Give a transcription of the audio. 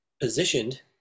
positioned